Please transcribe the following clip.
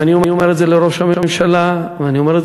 ואני אומר את זה לראש הממשלה ואני אומר את